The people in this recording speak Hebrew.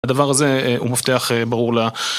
הדבר הזה הוא מפתח ברור לה.